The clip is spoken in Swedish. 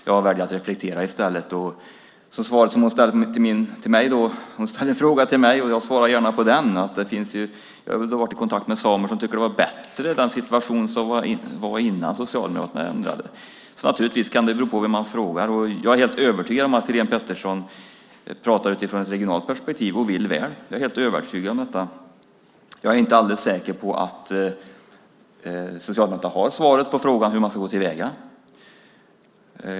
Jag väljer i stället att reflektera. Hon ställde en fråga till mig. Jag svarar gärna på den. Jag har varit i kontakt med samer som tycker att den situation som var innan Socialdemokraterna ändrade var bättre. Så det kan naturligtvis bero på vem man frågar. Jag är helt övertygad om att Helén Pettersson pratar utifrån ett regionalt perspektiv och vill väl. Jag är helt övertygad om detta. Jag är inte alldeles säker på att Socialdemokraterna har svaret på frågan hur man ska gå till väga.